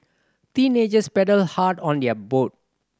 teenagers paddled hard on their boat